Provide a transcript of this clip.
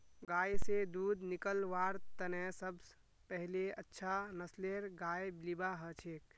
गाय स दूध निकलव्वार तने सब स पहिले अच्छा नस्लेर गाय लिबा हछेक